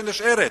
שנשארת,